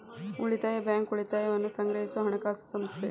ಉಳಿತಾಯ ಬ್ಯಾಂಕ್, ಉಳಿತಾಯವನ್ನ ಸಂಗ್ರಹಿಸೊ ಹಣಕಾಸು ಸಂಸ್ಥೆ